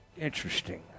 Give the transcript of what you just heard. Interesting